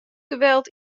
geweld